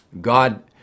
God